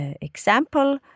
example